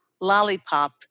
lollipop